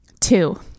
Two